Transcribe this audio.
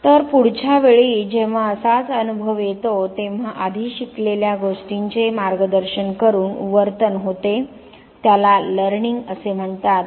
तर पुढच्या वेळी जेव्हा असाच अनुभव येतो तेव्हा आधी शिकलेल्या गोष्टींचे मार्गदर्शन करून वर्तन होते त्याला लर्निंग असे म्हणतात